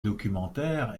documentaire